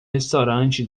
restaurante